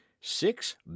six